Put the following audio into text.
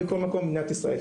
בכל מקום במדינת ישראל.